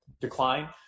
decline –